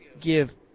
give